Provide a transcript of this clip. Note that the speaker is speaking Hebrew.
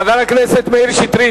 חבר הכנסת מאיר שטרית,